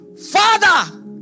Father